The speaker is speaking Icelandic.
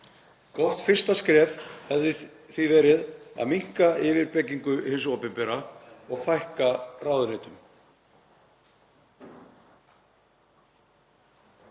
Gott fyrsta skref í því hefði verið að minnka yfirbyggingu hins opinbera og fækka ráðuneytum.